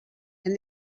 and